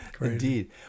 Indeed